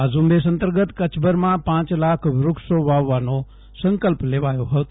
આ ઝુંબેશ અંતંગત કચ્છભરમાં પાંચલાખ વૃક્ષો વાવ વાનો સંકલ્પ લેવાયો હતો